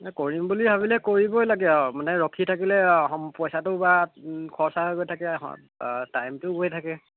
মানে কৰিম বুলি ভাবিলে কৰিবই লাগে আৰু মানে ৰখি থাকিলে সময় পইচাটো বা খৰচা হৈ গৈ থাকে বা টাইমটোও গৈ থাকে